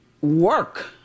work